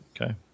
Okay